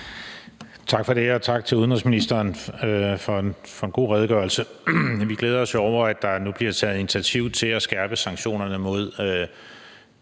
Tak for det. Og tak til udenrigsministeren for en god redegørelse. Vi glæder os jo over, at der nu bliver taget initiativ til at skærpe sanktionerne mod de aggressive